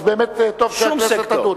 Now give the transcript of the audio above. אז באמת טוב שהכנסת תדון.